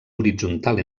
horitzontal